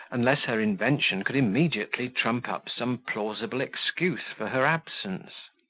unless her invention could immediately trump up some plausible excuse for her absence.